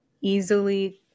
easily